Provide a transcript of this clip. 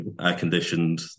air-conditioned